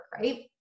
right